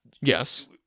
Yes